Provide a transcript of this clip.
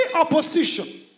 opposition